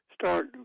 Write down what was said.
start